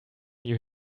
you